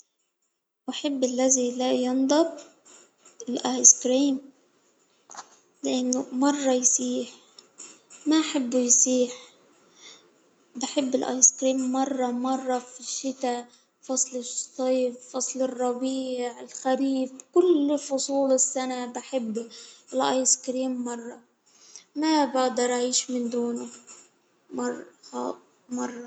أحب الذي لا ينضب الآيس كريم، لأنه مرة يصيح ما حج يصيح بحب الآيس كريم مرة مرة في الشتا، فصل الصيف، فصل الربيع، فصل الخريف كل فصول السنة، بأحب الآيس كريم مرة ما بقدر أعيش من دونه مرة مرة.